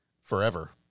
forever